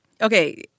Okay